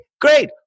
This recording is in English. great